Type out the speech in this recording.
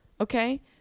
okay